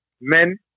men